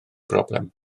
broblem